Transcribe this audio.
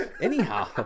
Anyhow